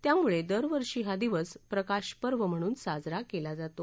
त्यामुळे दरवर्षी हा दिवस प्रकाशपर्व म्हणून साजरा केला जातो